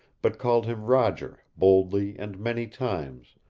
but called him roger boldly and many times,